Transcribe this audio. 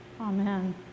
Amen